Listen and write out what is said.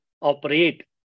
operate